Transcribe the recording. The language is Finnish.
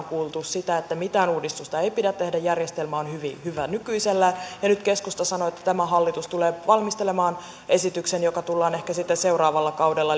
kuultu sitä että mitään uudistusta ei pidä tehdä ja järjestelmä on hyvä nykyisellään ja nyt keskusta sanoo että tämä hallitus tulee valmistelemaan esityksen joka tulee ehkä sitten seuraavalla kaudella